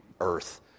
earth